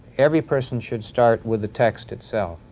every person should start with the text itself.